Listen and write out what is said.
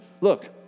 Look